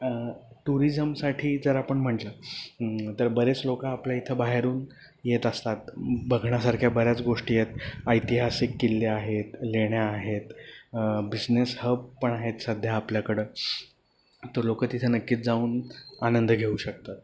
टुरिझमसाठी जर आपण म्हटलं तर बरेच लोकं आपल्या इथं बाहेरून येत असतात बघण्यासारख्या बऱ्याच गोष्टी आहेत ऐतिहासिक किल्ले आहेत लेण्या आहेत बिझनेस हब पण आहेत सध्या आपल्याकडं तर लोकं तिथं नक्कीच जाऊन आनंद घेऊ शकतात